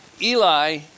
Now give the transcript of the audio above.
Eli